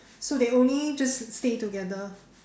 so they only just stay together